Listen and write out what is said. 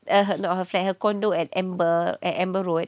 err her not her flat her condo at amber at amber road